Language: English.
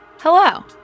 Hello